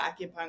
acupuncture